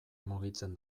mugitzen